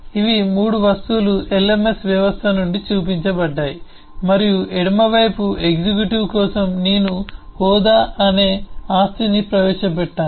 ఇవి 3 వస్తువులు lms వ్యవస్థ నుండి చూపించబడ్డాయి మరియు ఎడమవైపు ఎగ్జిక్యూటివ్ కోసం నేను హోదా అనే ఆస్తిని ప్రవేశపెట్టాను